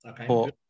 Okay